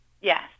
Yes